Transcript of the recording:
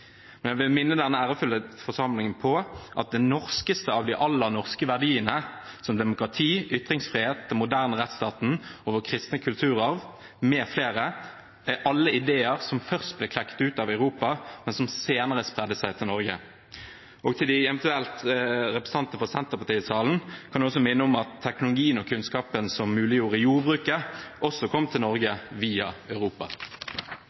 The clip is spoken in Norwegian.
Men jeg vil minne denne ærefulle forsamlingen om at de norskeste av alle de norske verdiene, som demokrati, ytringsfrihet, den moderne rettsstaten og vår kristne kulturarv mfl., alle er ideer som først ble klekket ut i Europa, men som senere spredde seg til Norge. Og til eventuelle representanter fra Senterpartiet i salen kan jeg også minne om at teknologien og kunnskapen som muliggjorde jordbruket, også kom til Norge via Europa.